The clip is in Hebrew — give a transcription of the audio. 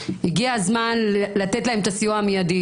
הגיע הזמן לתת להם את הסיוע המידי,